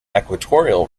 equatorial